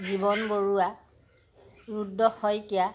জীৱন বৰুৱা ৰুদ্ৰ শইকীয়া